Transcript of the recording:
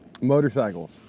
motorcycles